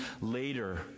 later